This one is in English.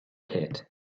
pit